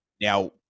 Now